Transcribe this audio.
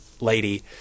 lady